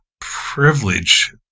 privilege